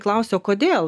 klausia o kodėl